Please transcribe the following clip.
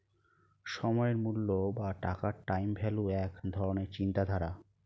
সময়ের মূল্য বা টাকার টাইম ভ্যালু এক ধরণের চিন্তাধারা